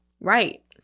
right